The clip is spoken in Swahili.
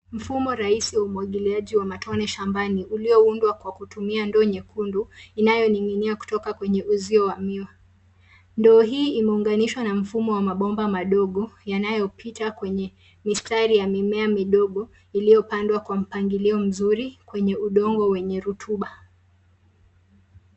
Mfumo rahisi wa umwagiliaji wa matone shmabani ulioundwa kwa kutumia ndoo nyekundu inayoninginia kutoka kwenye uzio. Ndoo hii imeunganishwa na mfumo wa mabomba madogo yanayopita kwenye mistari ya mimea midogo iliyopandwa kwa mpangilio mzuri kwenye udongo wenye rotuba.